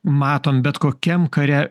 matom bet kokiam kare